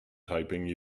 typing